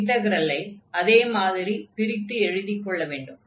இன்டக்ரலை அதே மாதிரி பிரித்து எழுதிக் கொள்ள வேண்டும்